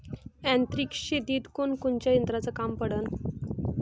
यांत्रिक शेतीत कोनकोनच्या यंत्राचं काम पडन?